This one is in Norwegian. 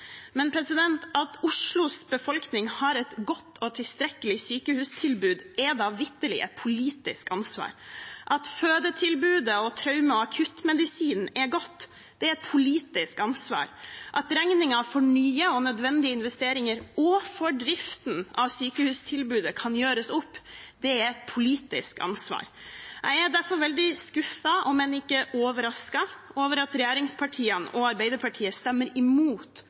Men at Oslos befolkning har et godt og tilstrekkelig sykehustilbud, er da vitterlig et politisk ansvar. At fødetilbudet er godt og traume- og akuttmedisinen god, er et politisk ansvar. At regningen for nye og nødvendige investeringer og for driften av sykehustilbudet kan gjøres opp, er et politisk ansvar. Jeg er derfor veldig skuffet, om enn ikke overrasket, over at regjeringspartiene og Arbeiderpartiet stemmer imot